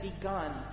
begun